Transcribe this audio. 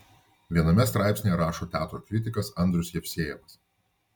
viename straipsnyje rašo teatro kritikas andrius jevsejevas